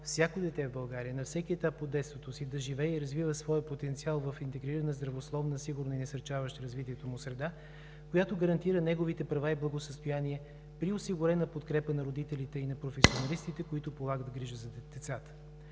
всяко дете в България, на всеки етап от детството си, да живее и да развива своя потенциал в интегрирана, здравословна, сигурна и насърчаваща развитието му среда, която гарантира неговите права и благосъстояние, при осигурена подкрепа на родителите и на професионалистите, които полагат грижи за децата.